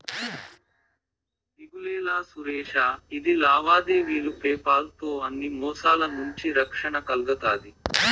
దిగులేలా సురేషా, ఇది లావాదేవీలు పేపాల్ తో అన్ని మోసాల నుంచి రక్షణ కల్గతాది